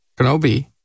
Kenobi